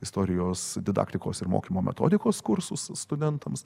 istorijos didaktikos ir mokymo metodikos kursus studentams